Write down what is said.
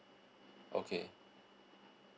okay